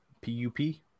p-u-p